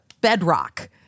bedrock